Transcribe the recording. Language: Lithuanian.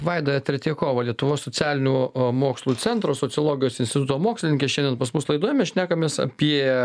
vaida tretjakova lietuvos socialinių mokslų centro sociologijos instituto mokslininkė šiandien pas mus laidoj šnekamės apie